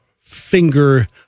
finger